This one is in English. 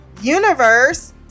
universe